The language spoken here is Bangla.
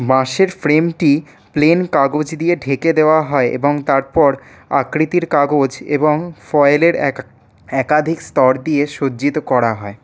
বাঁশের ফ্রেমটি প্লেন কাগজ দিয়ে ঢেকে দেওয়া হয় এবং তারপর আকৃতির কাগজ এবং ফয়েলের একা একাধিক স্তর দিয়ে সজ্জিত করা হয়